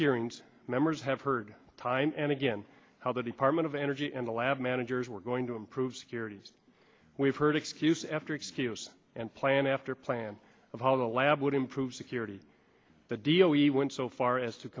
hearings members have heard time and again how the department of energy and the lab managers were going to improve securities we've heard excuse after excuse and plan after plan of how the lab would improve security the deal we went so far as to